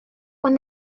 when